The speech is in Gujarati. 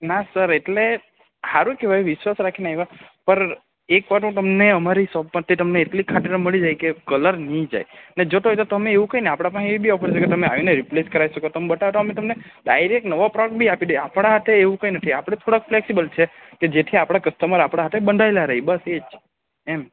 ના સર એટલે સારું કહેવાય વિશ્વાસ રાખીને આવ્યા પર એકવાર તો હું તમને અમારી શોપ પરથી તમને એટલી તો ખાતરી મળી જાય કે કલર નહીં જાય અને જો જતો હોય તો એવું કંઈ નહીં આપણા પાસે એ બી ઓફર છે કે તમે આવીને તમે રિપ્લેસ કરાવી શકો તો તમે બતાવો મેં તમને ડાયરેક્ટ નવા ફ્રોક બી આપી દે આપણા ત્યાં એવું કંઈ નથી આપણા ફ્રોક ફ્લેક્સિબલ છીએ કે જેથી આપણા કસ્ટમર આપણા હાથે બંધાયેલા રહે બસ એ જ એમ